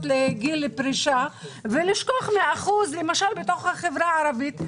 לגיל פרישה ולשכוח מהאחוז למשל בתוך החברה הערבית,